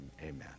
amen